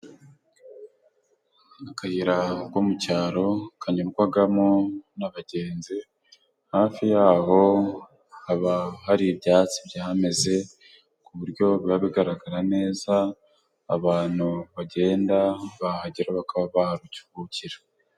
Akayira ko mu cyaro kanyurwamo n'abagenzi. Hafi yaho haba hari ibyatsi byameze, ku buryo bigaragara neza, abantu bagenda bahagera bakaba barukihukira.